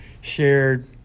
shared